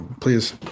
please